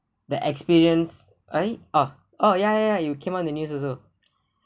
the experience eh oh oh yeah yeah yeah you came out in the news also